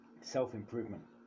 self-improvement